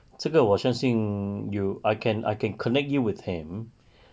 这个我相信 you I can I can connect you with him